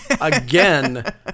Again